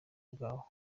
bwabo